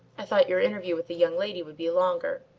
i thought your interview with the young lady would be longer.